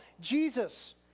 Jesus